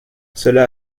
cela